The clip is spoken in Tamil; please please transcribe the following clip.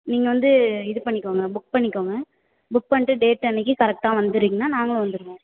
நீங்கள் வந்து இது பண்ணிக்கோங்க புக் பண்ணிக்கோங்க புக் பண்ணிட்டு டேட் அன்றைக்கு கரெக்ட்டாக வந்துறீங்கனா நாங்களும் வந்துடுவோம்